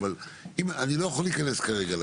אבל, אני לא יכול כרגע להיכנס לזה.